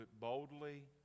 boldly